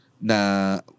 na